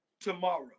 tomorrow